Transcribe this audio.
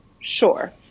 sure